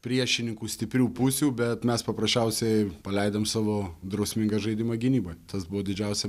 priešininkų stiprių pusių bet mes paprasčiausiai paleidom savo drausmingą žaidimą gynyboj tas buvo didžiausia